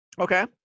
Okay